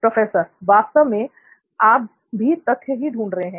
professor वास्तव में आप भी तथ्य ही ढूंढ रहे है